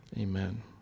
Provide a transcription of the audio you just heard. Amen